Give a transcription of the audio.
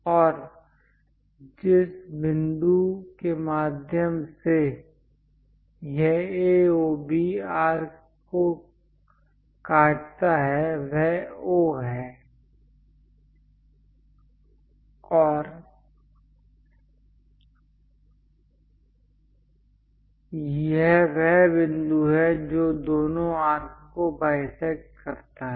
और जिस बिंदु के माध्यम से यह A O B आर्क को काटता है वह O है और यह वह बिंदु है जो दोनों आर्क को बाईसेक्ट करता है